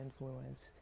influenced